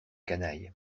canaille